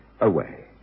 away